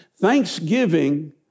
Thanksgiving